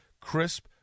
Crisp